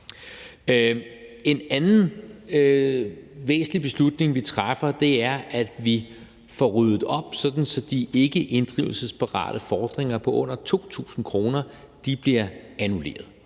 En anden væsentlig beslutning, vi træffer, er, at vi får ryddet op, sådan at de ikkeinddrivelsesparate fordringer på under 2.000 kr. bliver annulleret.